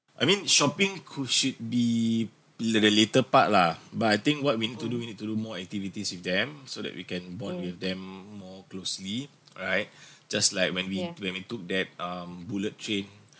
I mean shopping could should be the the later part lah but I think what we need to do we need to do more activities with them so that we can bond with them more closely all right just like when we when we took that um bullet train